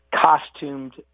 costumed